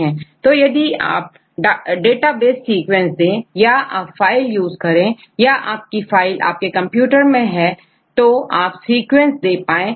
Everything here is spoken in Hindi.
तो यदि आप डेटाबेस सीक्वेंस दें या आप फाइल यूज़ करें या आपकी अपनी फाइल आपके कंप्यूटर में हो और आप सीक्वेंस दे पाए